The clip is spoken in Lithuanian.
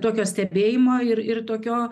tokio stebėjimo ir ir tokio